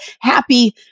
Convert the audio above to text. happy